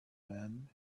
man